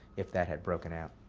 if that had broken out.